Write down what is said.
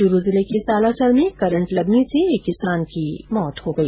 चूरू जिले के सालासर में करंट लगने से एक किसान की मृत्यु हो गई